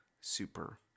super